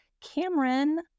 Cameron